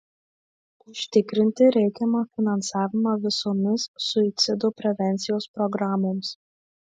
užtikrinti reikiamą finansavimą visomis suicido prevencijos programoms